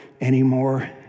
anymore